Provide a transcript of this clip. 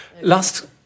Last